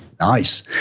Nice